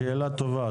שאלה טובה.